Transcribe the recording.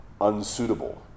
unsuitable